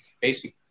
basic